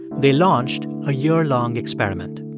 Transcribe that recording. they launched a year-long experiment.